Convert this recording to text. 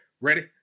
ready